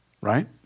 right